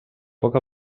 poc